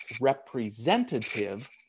representative